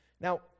now